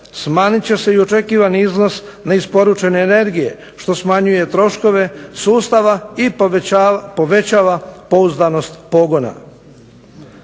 smanjit će se i očekivani iznos neisporučene energije, što smanjuje troškove sustava i povećava pouzdanost pogona.